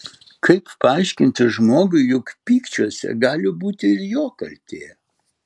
kaip paaiškinti žmogui jog pykčiuose gali būti ir jo kaltė